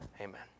Amen